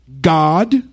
God